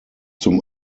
zum